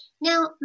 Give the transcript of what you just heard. Now